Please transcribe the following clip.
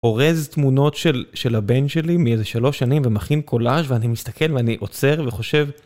אורז תמונות של הבן שלי מאיזה שלוש שנים ומכין קולאז' ואני מסתכל ואני עוצר וחושב.